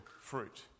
fruit